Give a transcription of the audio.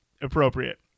appropriate